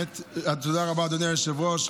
תודה רבה, אדוני היושב-ראש.